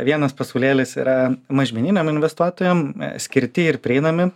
vienas pasaulėlis yra mažmeniniam investuotojam skirti ir prieinami